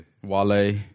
Wale